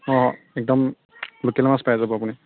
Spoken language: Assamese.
অঁ একদম লোকেল মাছ পায় যাব আপুনি